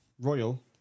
royal